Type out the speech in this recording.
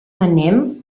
anem